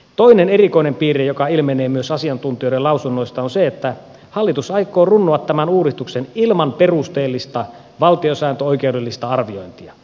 toinen erikoinen piirre joka ilmenee myös asiantuntijoiden lausunnoista on se että hallitus aikoo runnoa tämän uudistuksen ilman perusteellista valtiosääntöoikeudellista arviointia